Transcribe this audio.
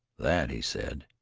that, he said,